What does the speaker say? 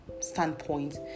standpoint